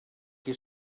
qui